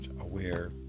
aware